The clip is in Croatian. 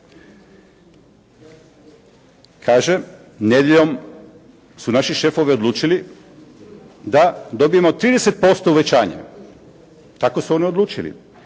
Kaže: «Nedjeljom su naši šefovi odlučili da dobijemo 30% uvećanje. Tako su oni odlučili.